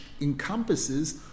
encompasses